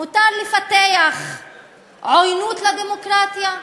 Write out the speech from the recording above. מותר לפתח עוינות לדמוקרטיה,